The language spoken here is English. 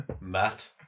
Matt